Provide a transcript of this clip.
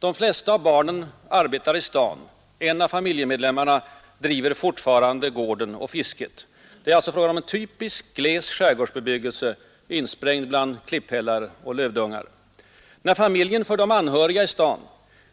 De flesta av barnen arbetar i staden, och en av familjemedlemmarna driver fortfarande gården och fisket. Det är alltså fråga om en typisk gles skärgårdsbebyggelse, insprängd bland klipphällar och lövdungar. När familjen för de anhöriga i staden